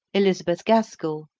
elizabeth gaskell,